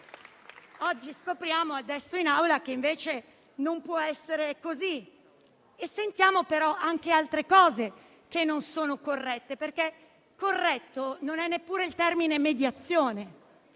Oggi scopriamo in Aula che invece non può essere così e sentiamo però anche altre cose che non sono corrette, perché corretto non è neppure il termine "mediazione".